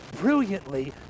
brilliantly